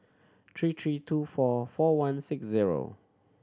three three two four four one six zero